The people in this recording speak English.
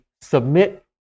submit